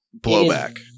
Blowback